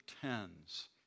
tens